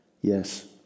Yes